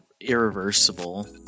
irreversible